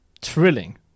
Trilling